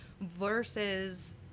versus